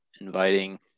inviting